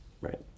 Right